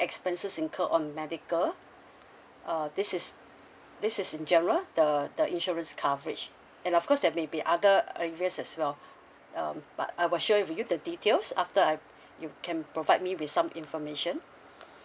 expenses incurred on medical uh this is this is in general the the insurance coverage and of course there maybe other areas as well um but I will show you the details after I you can provide me with some information